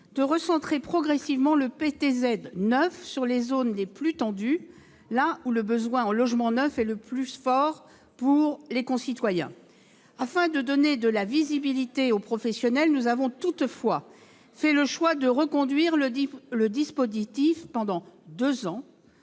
de recentrer progressivement le PTZ dans le neuf sur les zones les plus tendues, là où le besoin en logements neufs est le plus fort pour nos concitoyens. Afin de donner de la visibilité aux professionnels, nous avons toutefois fait le choix de reconduire le dispositif pendant deux ans